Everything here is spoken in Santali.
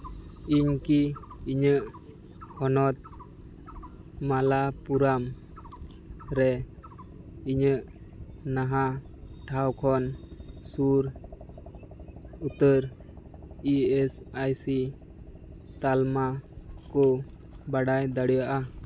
ᱤᱧ ᱠᱤ ᱤᱧᱟᱹᱜ ᱦᱚᱱᱚᱛ ᱢᱟᱞᱟᱯᱩᱨᱟᱢ ᱨᱮ ᱤᱧᱟᱹᱜ ᱱᱟᱦᱟᱜ ᱴᱷᱟᱶ ᱠᱷᱚᱱ ᱥᱩᱨ ᱩᱛᱟᱹᱨ ᱤ ᱮᱥ ᱟᱭ ᱥᱤ ᱛᱟᱞᱢᱟ ᱠᱚ ᱵᱟᱰᱟᱭ ᱫᱟᱲᱮᱭᱟᱜᱼᱟ